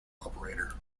operator